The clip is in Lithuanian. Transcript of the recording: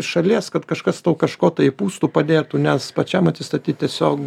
šalies kad kažkas tau kažko tai įpūstų padėtų nes pačiam atsistatyt tiesiog